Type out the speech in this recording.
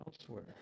elsewhere